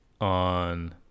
on